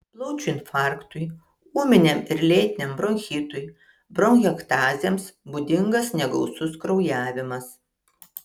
plaučių infarktui ūminiam ir lėtiniam bronchitui bronchektazėms būdingas negausus kraujavimas